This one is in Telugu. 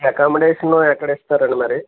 అకామిడేషన్ ఎక్కడ ఇస్తారు అండి మరి